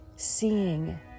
Seeing